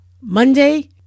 Monday